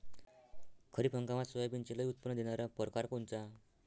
खरीप हंगामात सोयाबीनचे लई उत्पन्न देणारा परकार कोनचा?